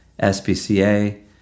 SPCA